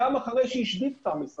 מפעילות